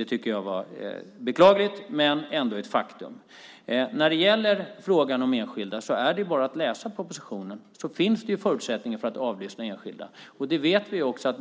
Det tycker jag var beklagligt, men det var ändå ett faktum. När det gäller frågan om enskilda så är det bara att läsa propositionen. Det finns ju förutsättningar för att avlyssna enskilda. Det vet vi ju också: